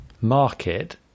market